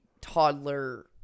toddler